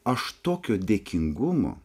aš tokio dėkingumo